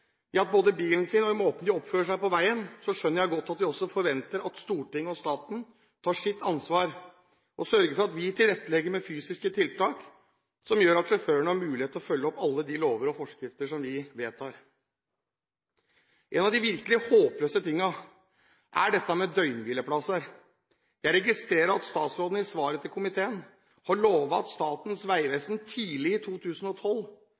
skal være både ren og i forskriftsmessig stand. Når disse setter sin ære i bilen og måten de oppfører seg på på veien, skjønner jeg godt at de også forventer at Stortinget og staten tar sitt ansvar og sørger for at man tilrettelegger for fysiske tiltak som gjør at sjåførene har mulighet til å følge opp alle de lover og forskrifter som vi vedtar. Én av de virkelig håpløse tingene er døgnhvileplasser. Jeg registrerer at statsråden i svaret til komiteen har lovet at Statens vegvesen tidlig i 2012